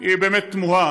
היא באמת תמוהה,